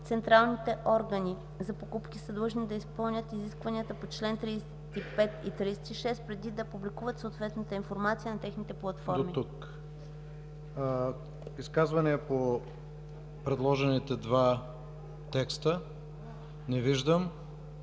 Централните органи за покупки са длъжни да изпълнят изискванията по чл. 35 и 36 преди да публикуват съответната информация на техните платформи.” ПРЕДСЕДАТЕЛ ИВАН К. ИВАНОВ: Изказвания по предложението два текста? Не виждам.